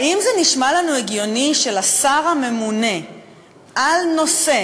האם זה נשמע לנו הגיוני שלשר הממונה על נושא